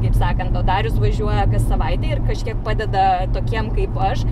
kaip sakant o darius važiuoja kas savaitę ir kažkiek padeda tokiem kaip aš